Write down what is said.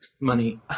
money